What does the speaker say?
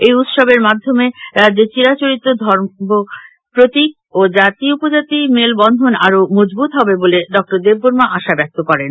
এই উৎসবের মাধ্যমে রাজ্যের চিরাচরিত সর্বধর্মের প্রতিক ও জাতি উপজাতির মেলবন্ধন আরও মজবুত হবে বলে ড দেববর্মা আশা ব্যক্ত করেন